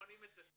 בוחנים את זה.